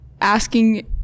asking